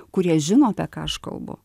kurie žino apie ką aš kalbu